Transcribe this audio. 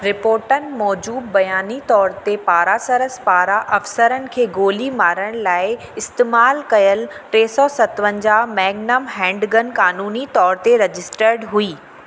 रिपोर्टनि मुजिबि बयानी तौर ते पारासिरिस पारां आफ़िसरनि खे गोली मारण लाइ इस्तेमालु कयल टे सौ सतवंजाहु मैंग्नम हैंडगन कानूनी तौर ते रजिस्टर्ड हुई